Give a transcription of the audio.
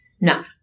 No